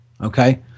Okay